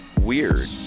weird